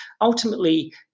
ultimately